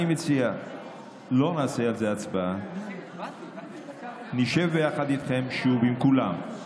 שלא נעשה על זה הצבעה, ונשב ביחד איתכם ועם כולם,